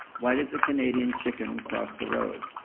why does the canadian chicken cross the road?